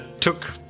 took